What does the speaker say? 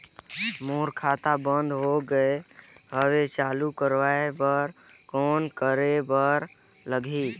मोर खाता बंद हो गे हवय चालू कराय बर कौन करे बर लगही?